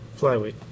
flyweight